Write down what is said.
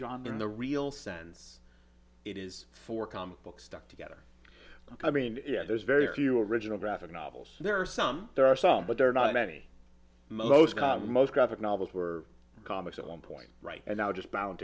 john in the real sense it is for comic books stuck together i mean there's very few original graphic novels there are some there are some but they're not in any most most graphic novels were comics at one point right now just bound